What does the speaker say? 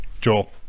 Joel